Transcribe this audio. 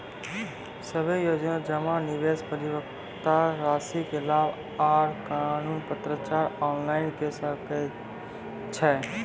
सभे योजना जमा, निवेश, परिपक्वता रासि के लाभ आर कुनू पत्राचार ऑनलाइन के सकैत छी?